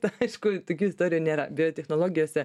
aišku tokių istorijų nėra biotechnologijose